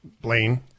Blaine